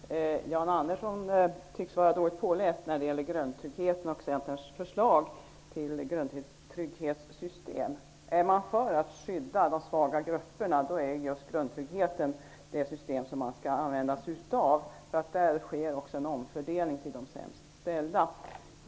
Herr talman! Jan Andersson tycks vara dåligt påläst när det gäller Centerns förslag till grundtrygghetssystem. Om man vill skydda de svaga grupperna är just grundtryggheten det system man skall använda sig av. Där sker också en omfördelning till förmån för de sämst ställda.